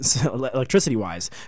electricity-wise